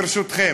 נורית,